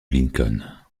lincoln